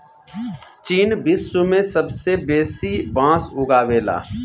चीन विश्व में सबसे बेसी बांस उगावेला